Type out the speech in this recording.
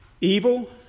evil